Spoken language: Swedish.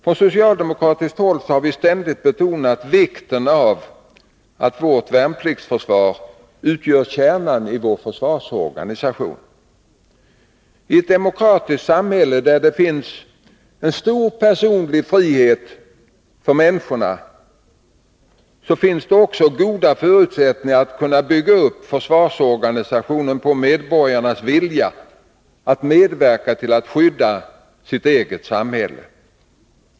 Från socialdemokratiskt håll har vi ständigt betonat vikten av att vårt värnpliktsförsvar utgör kärnan i vår försvarsorganisation. I ett demokratiskt samhälle, där det finns stor personlig frihet för människorna, finns det också goda förutsättningar för att bygga upp försvarsorganisationen på medborgarnas vilja att medverka till att skydda sitt eget samhälle.